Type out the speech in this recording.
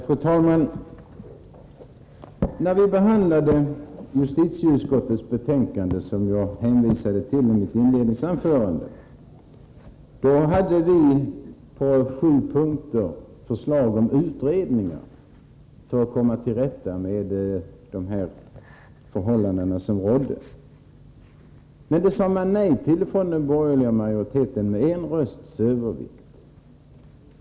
Fru talman! När vi behandlade det betänkande från justitieutskottet som jag hänvisade till i mitt inledningsanförande, hade vi på sju punkter förslag om utredningar för att komma till rätta med de förhållanden som rådde. Men detta sade den borgerliga majoriteten nej till, med en rösts övervikt.